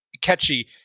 catchy